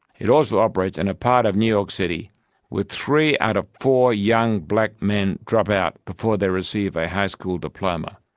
it also operates in a part of new york city where three out of four young black men drop out before they receive a high school diploma.